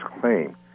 claim